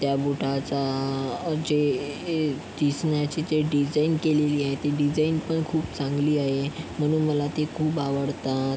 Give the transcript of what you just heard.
त्या बुटाचा जे हे दिसण्याची जे डिझाईन केलेली आहे ती डिजाईन पण खूप चांगली आहे म्हणून मला ते खूप आवडतात